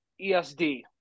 ESD